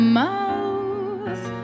mouth